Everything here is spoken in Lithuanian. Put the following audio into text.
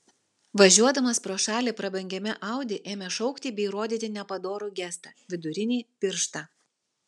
važiuodamas pro šalį prabangiame audi ėmė šaukti bei rodyti nepadorų gestą vidurinį pirštą